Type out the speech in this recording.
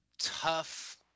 tough